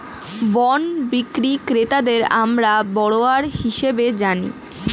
bond বিক্রি ক্রেতাদের আমরা বরোয়ার হিসেবে জানি